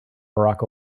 barack